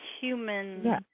human